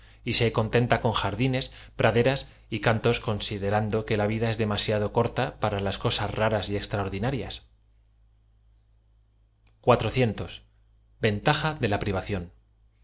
y se contenta con jardines praderas y cantos consi derando que la vid a es demasiado corta para las co sas raras y extraordinarias de la privación